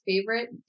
favorite